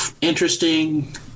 interesting